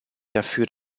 dafür